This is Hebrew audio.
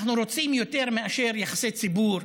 אנחנו רוצים יותר מאשר יחסי ציבור,